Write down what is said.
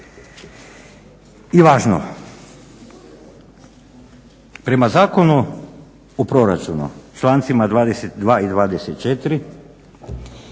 I važno, prema Zakonu o proračunu člancima 22. i 24.